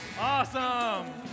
Awesome